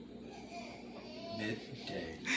Midday